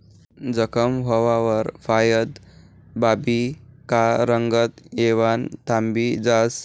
जखम व्हवावर हायद दाबी का रंगत येवानं थांबी जास